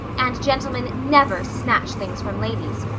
and gentlemen never snatch things from ladies.